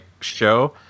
show